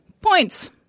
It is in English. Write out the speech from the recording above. Points